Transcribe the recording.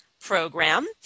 program